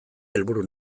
helburu